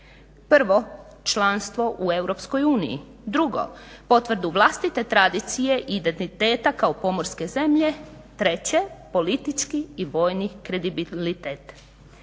Prvo, članstvo u EU, drugo, potvrdu vlastite tradicije i identiteta kao pomorske zemlje, treće, politički i vojni kredibilitet.